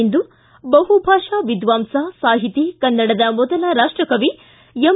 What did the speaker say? ಇಂದು ಬಹುಭಾಷಾ ವಿದ್ವಾಂಸ ಸಾಹಿತಿ ಕನ್ನಡದ ಮೊದಲ ರಾಷ್ಷ ಕವಿ ಎಂ